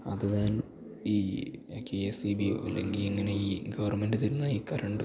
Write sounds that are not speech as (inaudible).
അത് (unintelligible) ഈ K S E ബിയോ അല്ലെങ്കില് ഇങ്ങനെ ഈ ഗവർമെൻറ്റ് തരുന്ന ഈ കറണ്ട്